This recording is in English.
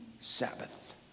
Sabbath